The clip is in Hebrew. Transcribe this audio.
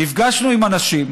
נפגשנו עם אנשים,